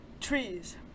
Trees